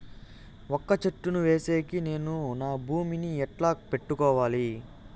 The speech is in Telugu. వక్క చెట్టును వేసేకి నేను నా భూమి ని ఎట్లా పెట్టుకోవాలి?